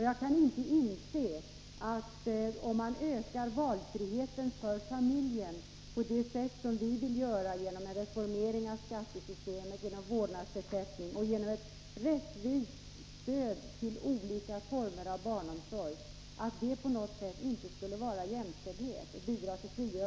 Jag kan inte inse att om man ökar valfriheten för familjen på det sätt som vi vill göra genom en reformering av skattesystemet, genom vårdnadsersättning och genom ett rättvist stöd till olika former av barnomsorg, så skulle det inte innebära jämställdhet och bidrag till frigörelse.